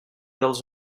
dels